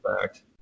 fact